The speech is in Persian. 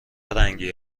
رنگی